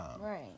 right